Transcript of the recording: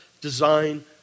design